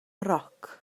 roc